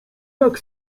jak